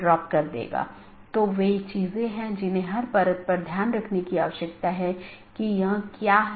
वास्तव में हमने इस बात पर थोड़ी चर्चा की कि विभिन्न प्रकार के BGP प्रारूप क्या हैं और यह अपडेट क्या है